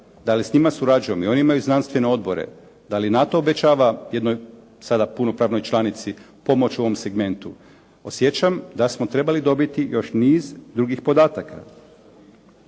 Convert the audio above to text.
Da li s njima surađujemo? I oni imaju znanstvene odbore, da li NATO obećava jednoj sada punopravnoj članici pomoć u ovom segmentu? Podsjećam da smo trebali dobiti još niz drugih podataka.